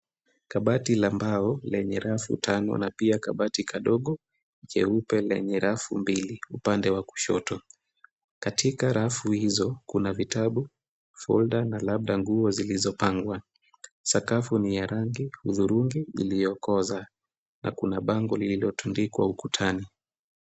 Kabati la mbao lenye rafu tano na pia kabati kadogo keupe lenye rafu mbili upande wa kushoto. Katika rafu hizo kuna vitabu, folder na labda nguo zilizopangwa. Sakafu ni ya rangi hudhurungi iliyokoza na kuna bango lililotundikwa ukutani.